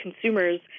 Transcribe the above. consumers